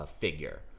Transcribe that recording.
figure